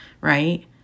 right